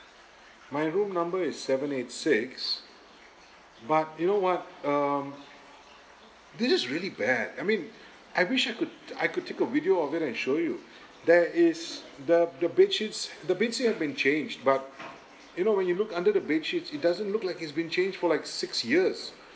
my room number is seven eight six but you know [what] um this is really bad I mean I wish I could uh I could take a video of it and show you there is the the bedsheets the bedsheets have been changed but you know when you look under the bedsheets it doesn't look like it's been changed for like six years